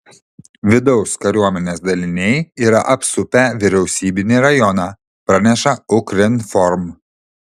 vidaus kariuomenės daliniai yra apsupę vyriausybinį rajoną praneša ukrinform